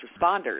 responders